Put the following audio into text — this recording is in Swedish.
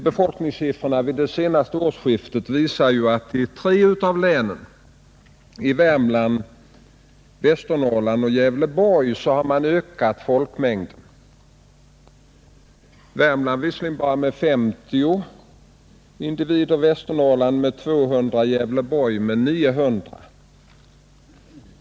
Befolkningssiffrorna vid det senaste årsskiftet visar att tre av länen, Värmlands, Västernorrlands och Gävleborgs län, har ökat folkmängden — Värmlands visserligen bara med 50 personer, Västernorrlands med 200 och Gävleborgs med 900.